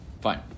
Fine